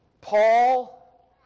Paul